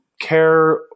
care